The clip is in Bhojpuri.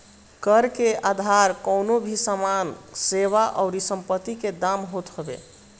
कर के आधार कवनो भी सामान, सेवा अउरी संपत्ति के दाम होत हवे